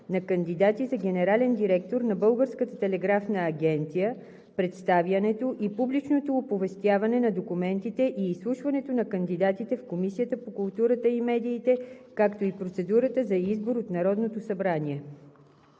на кандидати за генерален директор на Българската телеграфна агенция, представянето и публичното оповестяване на документите и изслушването на кандидатите в Комисията по културата и медиите, както и процедурата за избор от Народното събрание